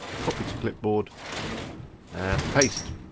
copy to clipboard and paste.